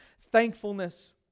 thankfulness